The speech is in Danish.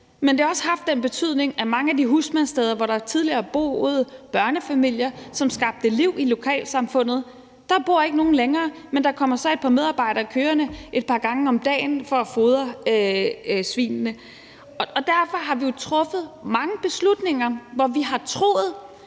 Men det har også haft den betydning, at på mange af de husmandssteder, hvor der tidligere har boet børnefamilier, som skabte liv i lokalsamfundet, bor der ikke nogen længere, men der kommer så et par medarbejdere kørende et par gange om dagen for at fodre svinene. Derfor har vi jo truffet mange beslutninger, hvor vi har troet,